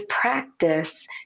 practice